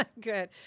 Good